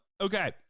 okay